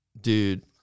dude